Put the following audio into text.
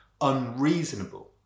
unreasonable